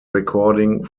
recording